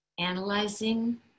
Analyzing